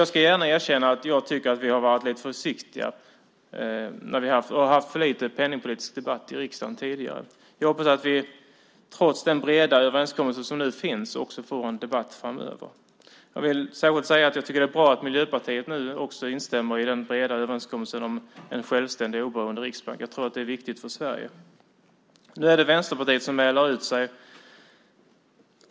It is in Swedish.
Jag ska gärna erkänna att jag tycker att vi har varit lite för försiktiga och haft för få penningpolitiska debatter i riksdagen tidigare. Jag hoppas att vi, trots den breda överenskommelse som nu finns, också får en debatt framöver. Jag vill särskilt säga att jag tycker att det är bra att Miljöpartiet nu också ingår i den breda överenskommelsen om en självständig, oberoende riksbank. Jag tror att det är viktigt för Sverige. Nu är det Vänsterpartiet som mäler ut sig.